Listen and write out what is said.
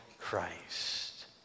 Christ